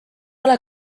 ole